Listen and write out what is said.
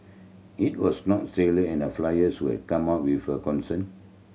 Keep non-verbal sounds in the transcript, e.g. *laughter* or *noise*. it was not *unintelligible* in a flyers *unintelligible* come up with a concern